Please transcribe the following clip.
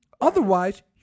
Otherwise